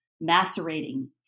macerating